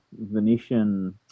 Venetian